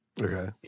Okay